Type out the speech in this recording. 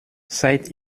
seit